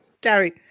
Gary